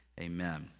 Amen